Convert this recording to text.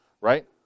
Right